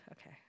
okay